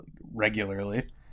regularly